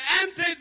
empty